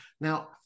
Now